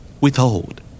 Withhold